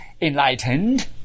enlightened